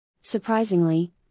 Surprisingly